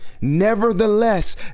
Nevertheless